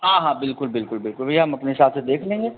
हाँ हाँ बिल्कुल बिल्कुल बिल्कुल भैया हम अपने हिसाब से देख लेंगे